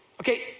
Okay